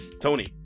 Tony